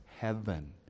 heaven